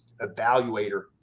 evaluator